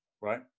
right